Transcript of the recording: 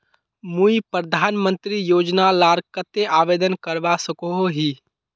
मुई प्रधानमंत्री योजना लार केते आवेदन करवा सकोहो ही?